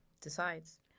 decides